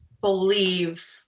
believe